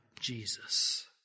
Jesus